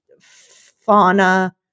fauna